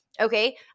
Okay